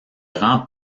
rang